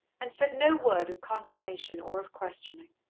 and said no word of condemnation or of questioning.